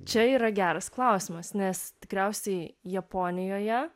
čia yra geras klausimas nes tikriausiai japonijoje